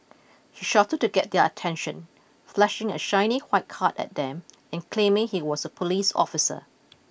he shouted to get their attention flashing a shiny white card at them and claiming he was a police officer